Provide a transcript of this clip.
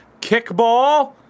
kickball